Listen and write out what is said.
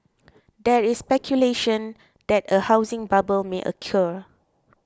there is speculation that a housing bubble may occur